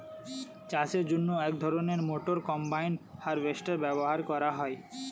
চাষের জন্য এক ধরনের মোটর কম্বাইন হারভেস্টার ব্যবহার করা হয়